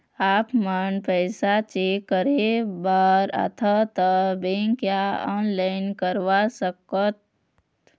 आपमन पैसा चेक करे बार आथे ता बैंक या ऑनलाइन करवा सकत?